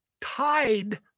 tied